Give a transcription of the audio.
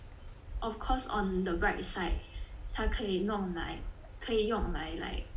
of course on the bright side 他可以弄 like 可以用来 like